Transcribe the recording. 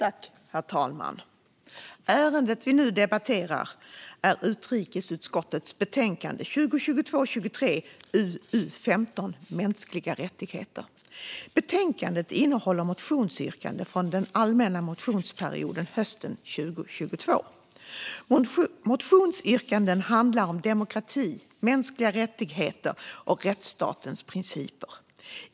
Fru talman! Ärendet vi nu debatterar är utrikesutskottets betänkande 2022/23:UU15 Mänskliga rättigheter . I betänkandet behandlas motionsyrkanden från allmänna motionstiden hösten 2022. Motionsyrkandena handlar om demokrati, mänskliga rättigheter och rättsstatens principer.